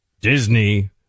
Disney